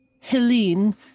Helene